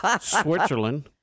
Switzerland